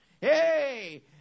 Hey